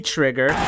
Trigger